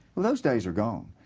those days are gone.